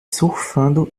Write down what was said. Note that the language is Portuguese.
surfando